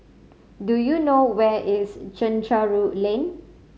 do you know where is Chencharu Lane